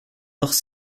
hors